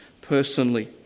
personally